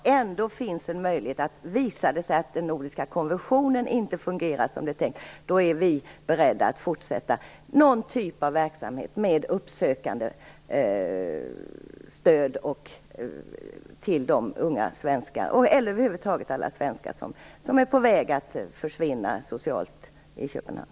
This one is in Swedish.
Visar det sig att den nordiska konventionen inte fungerar som det är tänkt är vi beredda att fortsätta någon typ av verksamhet med uppsökande stöd till de svenskar som är på väg att försvinna socialt i Köpenhamn.